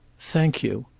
thank you.